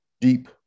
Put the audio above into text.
Deep